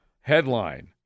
headline